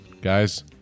Guys